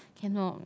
cannot